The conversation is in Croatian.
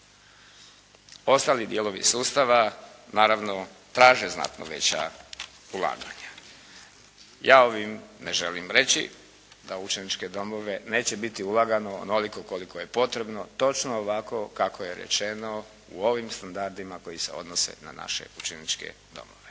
Ostali dijelovi sustava naravno traže znatno veća ulaganja. Ja ovim ne želim reći da u učeničke domove neće biti ulagano onoliko koliko je potrebno, točno ovako kako je rečeno u ovim standardima koji se odnose na naše učeničke domove.